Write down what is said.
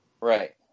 right